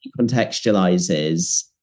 contextualizes